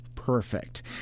Perfect